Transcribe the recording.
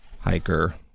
hiker